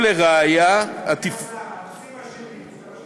; אולי חלק מהתעשייה אנחנו לא צריכים בארץ.